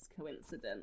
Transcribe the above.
coincidence